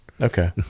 Okay